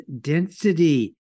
density